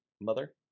mother